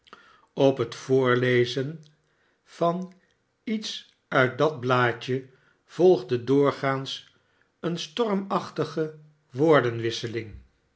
op het voorlezen van iets uit dat blaadje volgde doorgaans eene stormachtige woordenwisseling